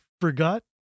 forgot